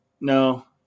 No